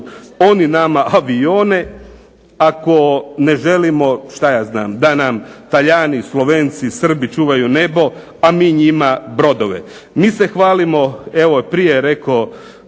Oni nama avione, ako ne želimo da nam Talijani, Slovenci, Srbi čuvaju nebo, a mi njima brodove. Mi se hvalimo, evo prije je rekao